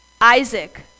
Isaac